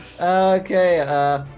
Okay